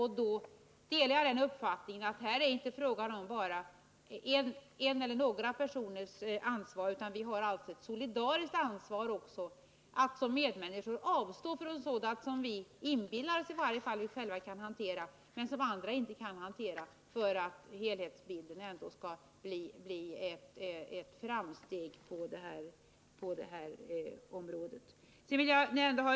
Jag delar uppfattningen att det här är inte fråga bara om en eller några personers ansvar, utan vi har alla ett solidariskt ansvar att som medmänniskor avstå från sådant som vi inbillar oss att vi själva kan hantera men som andra inte kan handskas med, om helhetsbilden ändå skall kunna visa på ett framsteg på det här området.